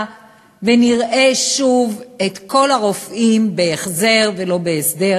ונראה שוב את כל הרופאים בהחזר ולא בהסדר.